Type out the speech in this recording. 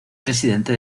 presidente